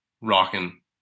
rocking